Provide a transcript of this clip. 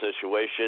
situation